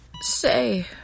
Say